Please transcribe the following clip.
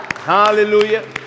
hallelujah